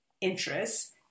interests